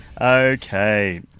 Okay